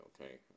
okay